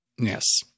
Yes